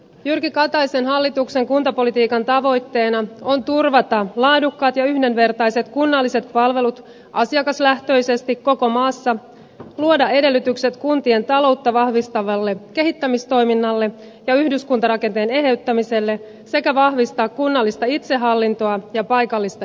jyrki kataisen hallituksen kuntapolitiikan tavoitteena on turvata laadukkaat ja yhdenvertaiset kunnalliset palvelut asiakaslähtöisesti koko maassa luoda edellytykset kuntien taloutta vahvistavalle kehittämistoiminnalle ja yhdyskuntarakenteen eheyttämiselle sekä vahvistaa kunnallista itsehallintoa ja paikallista demokratiaa